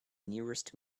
nearest